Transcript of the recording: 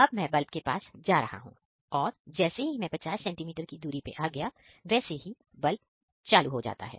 अब मैं बल्ब के पास जा रहा हूं और जैसे ही मैं 50cm की दूरी पर आ गया वैसे ही बल्ब शुरू हुआ है